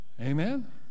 Amen